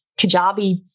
Kajabi